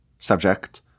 Subject